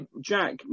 Jack